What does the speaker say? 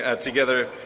together